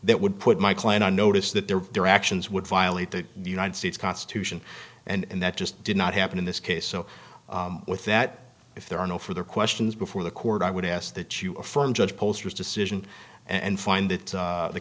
that would put my client on notice that their their actions would violate the united states constitution and that just did not happen in this case so with that if there are no further questions before the court i would ask that you affirm judge posters decision and find that